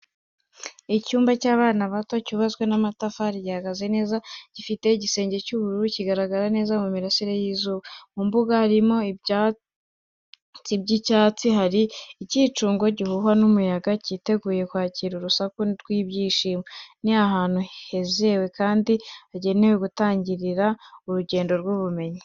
Icyumba cy’abana bato cyubatswe n’amatafari gihagaze neza, gifite igisenge cy’ubururu kigaragara neza mu mirasire y’izuba. Mu mbuga harimo ibyatsi by’icyatsi, hari ikincungo gihuhwa n’umuyaga cyiteguye kwakira urusaku rw’ibyishimo. Ni ahantu hizewe kandi hagenewe gutangirira urugendo rw’ubumenyi.